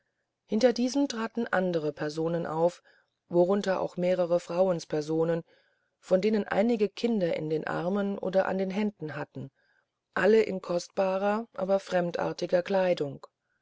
hinter diesen traten andere personen auf worunter mehrere frauenspersonen von denen einige kinder in den armen oder an der hand hatten alle in kostbarer aber fremdartiger kleidung